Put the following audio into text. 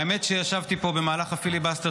האמת היא שישבתי פה במהלך הפיליבסטר